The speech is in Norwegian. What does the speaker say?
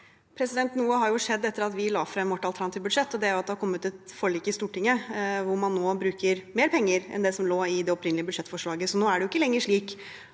Noe har jo skjedd etter at vi la frem vårt alternative budsjett, og det er at det har kommet et forlik i Stortinget hvor man nå bruker mer penger enn det som lå i det opprinnelige budsjettforslaget. Det er ikke lenger slik